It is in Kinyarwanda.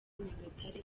nyagatare